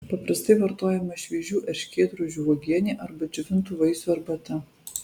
paprastai vartojama šviežių erškėtrožių uogienė arba džiovintų vaisių arbata